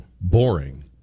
boring